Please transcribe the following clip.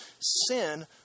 Sin